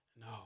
No